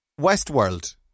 Westworld